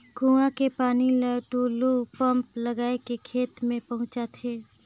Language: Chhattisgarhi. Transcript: कुआं के पानी ल टूलू पंप लगाय के खेत में पहुँचाथे